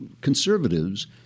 conservatives